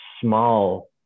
small